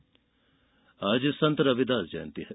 रविदास जयंती आज संत रविदास जयंती है